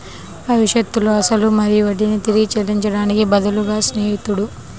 భవిష్యత్తులో అసలు మరియు వడ్డీని తిరిగి చెల్లించడానికి బదులుగా స్నేహితుడు